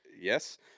yes